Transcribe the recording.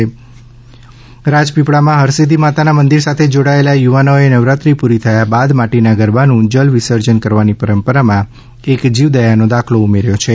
પક્ષી માળા માટે ગરબાનો ઉપયોગ રાજપીપળામાં હરસિધ્યિ માતાના મંદિર સાથે જોડાયેલા યુવાનોએ નવરાત્રિ પૂરી થયા બાદ માટીના ગરબાનું જલમાં વિસર્જન કરવાની પરંપરામાં એક જીવદયાનો દાખલો ઉમેરથો છે